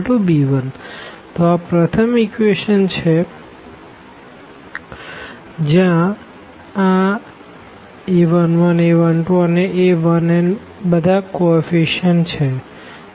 તો આ પ્રથમ ઇક્વેશન છે જ્યાં આ a11 a12 અને a1n બધા કો એફ્ફીશીયનટ છે